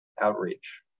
outreach